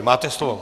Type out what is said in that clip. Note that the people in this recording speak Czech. Máte slovo.